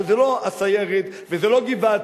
שזה לא הסיירת וזה לא גבעתי,